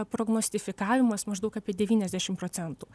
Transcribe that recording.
prognozuotifikavimas maždaug apie devyniasdešim procentų